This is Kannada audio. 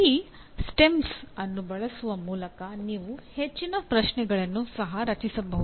ಈ ಸ್ಟೆಮ್ಸ್ ಅನ್ನು ಬಳಸುವ ಮೂಲಕ ನೀವು ಹೆಚ್ಚಿನ ಪ್ರಶ್ನೆಗಳನ್ನು ಸಹ ರಚಿಸಬಹುದು